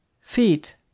feet